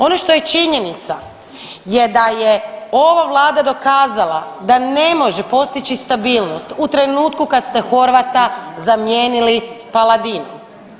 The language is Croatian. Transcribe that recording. Ono što je činjenica je da je ova Vlada dokazala da ne može postići stabilnost u trenutku kad ste Horvata zamijenili Paladinom.